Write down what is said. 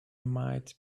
might